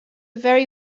very